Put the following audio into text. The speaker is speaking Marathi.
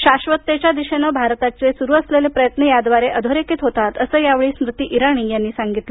शाश्वततेच्या दिशेने भारताची सुरू असलेले प्रयत्न याद्वारे अधोरेखित होतात असं या वेळी स्मृती इराणी यांनी सांगितलं